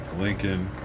Lincoln